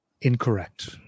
Incorrect